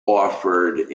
offered